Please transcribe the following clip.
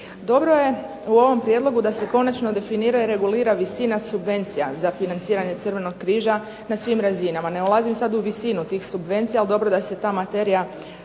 Dobro je u ovom prijedlogu da se konačno definira i regulira visina subvencija za financiranje Crvenog križa na svim razinama. Ne ulazim sad u visinu tih subvencija, ali dobro da se ta materija